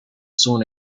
soon